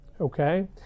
okay